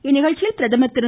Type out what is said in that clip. இந்நிகழ்ச்சியில் பிரதமர் திரு